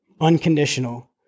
unconditional